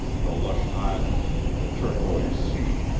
the lush island, the turquoise sea,